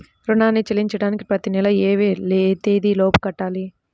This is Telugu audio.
రుణాన్ని చెల్లించడానికి ప్రతి నెల ఏ తేదీ లోపు కట్టాలి?